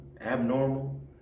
Abnormal